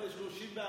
ל-34.